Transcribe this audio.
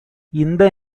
இந்த